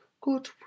good